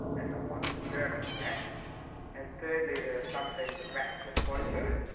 and not want to experiment on the rats and thirdly there are some things that rats just won't do.